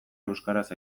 euskaraz